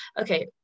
okay